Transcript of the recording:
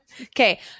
Okay